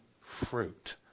fruit